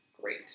great